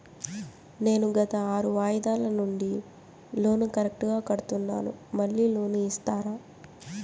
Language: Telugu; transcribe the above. నేను గత ఆరు వాయిదాల నుండి లోను కరెక్టుగా కడ్తున్నాను, మళ్ళీ లోను ఇస్తారా?